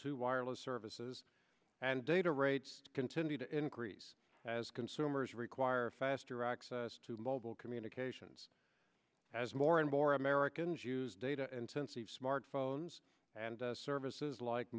to wireless services and data rates continue to increase as consumers require faster access to mobile communications as more and more americans use data intensive smartphones and services like